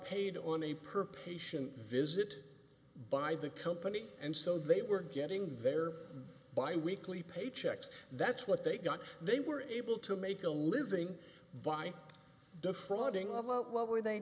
paid on a per patient visit by the company and so they were getting their biweekly paychecks that's what they got they were able to make a living by defaulting on what were they